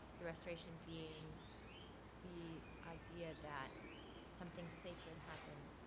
the restoration being the idea that something sacred happened